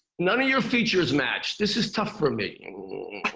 none of your features match. this is tough for me. and